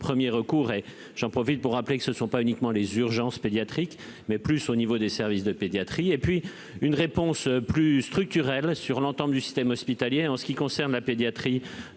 en 1er recouraient, j'en profite pour rappeler que ce ne sont pas uniquement les urgences pédiatriques mais plus au niveau des services de pédiatrie et puis une réponse plus structurelle sur l'entame du système hospitalier en ce qui concerne la pédiatrie